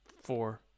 Four